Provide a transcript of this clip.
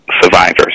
survivors